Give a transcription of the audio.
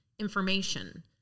information